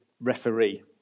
Referee